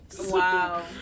wow